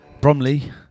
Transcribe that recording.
Bromley